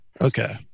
Okay